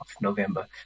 November